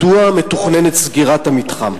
מדוע מתוכננת סגירת המתחם?